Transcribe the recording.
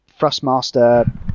Thrustmaster